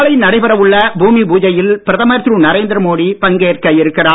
நாளை நடைபெற உள்ள பூமி பூஜையில் பிரதமர் திரு நரேந்திர மோடி பங்கேற்க இருக்கிறார்